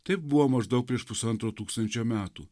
taip buvo maždaug prieš pusantro tūkstančio metų